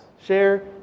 Share